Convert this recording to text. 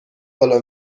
بالا